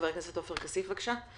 חבר הכנסת עופר כסיף, בבקשה.